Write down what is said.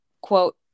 quote